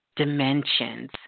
dimensions